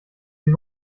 sie